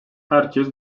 herkes